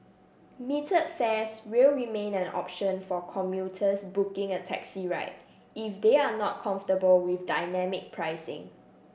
metered fares will remain an option for commuters booking a taxi ride if they are not comfortable with dynamic pricing